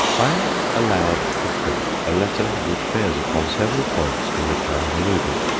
i am allowed to print a letter which bears upon several points to which i have alluded.